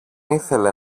ήθελε